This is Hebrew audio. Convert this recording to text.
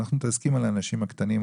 אנחנו מתעסקים על האנשים הקטנים,